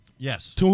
Yes